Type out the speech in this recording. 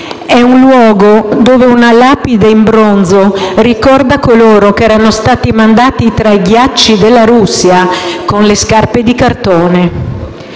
È un luogo dove una lapide in bronzo ricorda coloro che erano stati mandati tra i ghiacci della Russia con le scarpe di cartone.